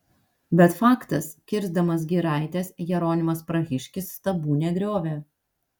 bet faktas kirsdamas giraites jeronimas prahiškis stabų negriovė